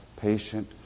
patient